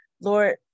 Lord